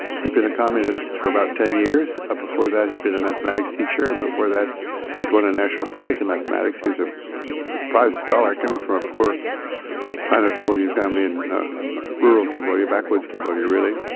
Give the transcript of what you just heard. he'd been a communist for about ten years. before that he'd been a mathematics teacher, and before that he'd won a national prize in mathematics. he was a prize scholar coming from a poor sino-cambodian family in rural cambodia, backwoods cambodia really.